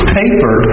paper